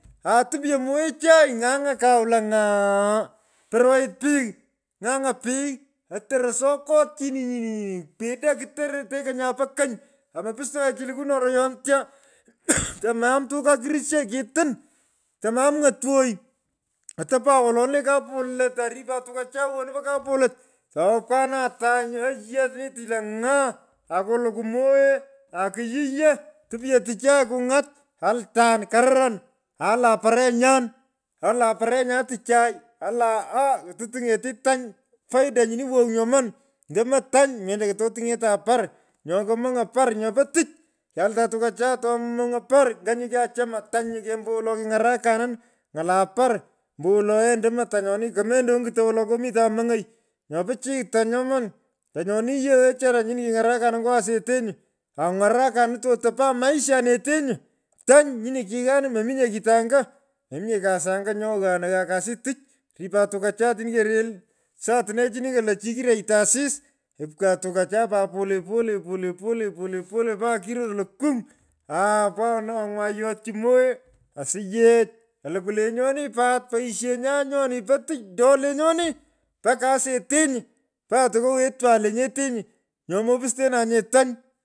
Aaa tupya moghechai ng’ang’a kau lo ng’aa. poiroit pegh. ng’ang’a pegh otoron sokot chininy. ninyini. peghda kutoroy teko nya po kony. aa mopusto nye chi lukwo noyoron tyaa. tomoam tuka krisho kitton. tomoaam ng’otwoy; otopan woloni le kupolot. aaripan tukachan wowoni po kapolot. Tupkwna atai ye nyuu yiyoo anii tich lo ng’aa aku lukwugh moghee akiyiyoo tichai kungat. tipyo tuchai kuny’ot ayaltan karriran aa yala parenyan. Alaah parenyan tichai ala aa yala parenyan. Alaan parenyan tichai ala aa kutu tiny’eti tany faida nyino wow nyaman. ndomo tany endo kototiny’etan parr. myo kyomony’on parr nyopo tich. Kyaltan tukachan to miny’on parr. nganyi kiachuma tany nyu ken ombowolo kiny’arakanin ng’ala parr. ombowolo yee ndomo tanyoni komendo onyuton wolo komita mong’oi. Nyoo pichiy tany nyoman. Tonyoni yee wechara nyini kiny’urakanin nyo asetenyi. akung’arakanin totopan maisha nete nyi. Tony nyini kighanin mominye kito anyaa. mominya kasi anga nyo ghaan saatnenichini kolo chi kiroyto asis opkan tukachan pat polepole polepole mpaka kiror nlo kung aa paanan anywuna yotyi moghee. Asiyech kalukwu pat peighshenyan nyoni po tich do lenyoni mpaka asetenyi. mpaka tokowetwan lenyetenyi. nyo mopustenanye tany.